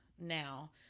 now